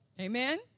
amen